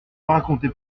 racontez